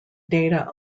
data